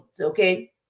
okay